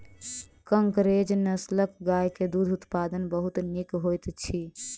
कंकरेज नस्लक गाय के दूध उत्पादन बहुत नीक होइत अछि